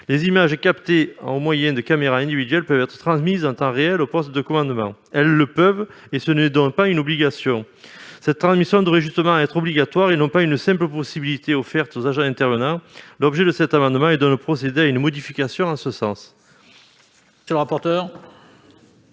les images captées au moyen de caméras individuelles puissent être transmises en temps réel au poste de commandement. Elles le « peuvent », ce n'est donc pas une obligation. Cette transmission devrait justement être obligatoire, et non pas une simple possibilité offerte aux agents intervenants. L'objet de cet amendement est de procéder à une modification en ce sens. Quel est l'avis de